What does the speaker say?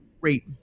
great